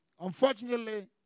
Unfortunately